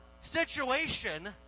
situation